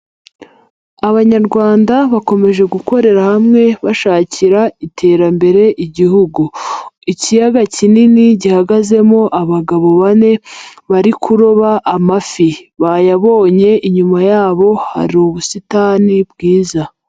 Abanyarwanda bakomeje gukorera hamwe bashakira iterambere Igihugu, ikiyaga kinini gihagazemo abagabo bane bari kuroba amafi bayabonye, inyuma yabo hari ubusitani bwiza.